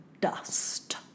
dust